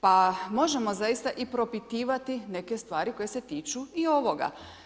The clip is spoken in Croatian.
Pa možemo zaista i propitivati neke stvari koje se tiču i ovoga.